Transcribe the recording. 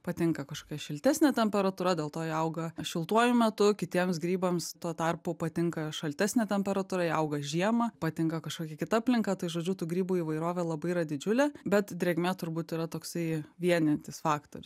patinka kažkokia šiltesnė temperatūra dėl to jie auga šiltuoju metu kitiems grybams tuo tarpu patinka šaltesnė temperatūra jie auga žiemą patinka kažkokia kita aplinka tai žodžiu tų grybų įvairovė labai yra didžiulė bet drėgmė turbūt yra toksai vienijantis faktorius